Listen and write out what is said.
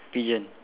pigeon